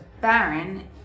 baron